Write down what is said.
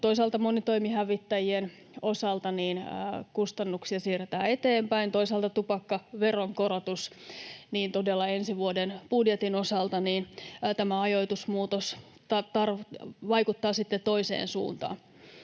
monitoimihävittäjien osalta kustannuksia siirretään eteenpäin, toisaalta tupakkaveron korotuksessa todella ensi vuoden budjetin osalta tämä ajoitusmuutos vaikuttaa sitten toiseen suuntaan.